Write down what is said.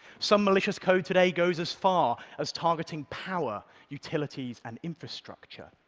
some malicious code today goes as far as targeting power, utilities and infrastructure.